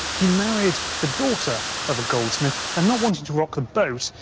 he married the daughter of a goldsmith. and not wanting to rock the boat,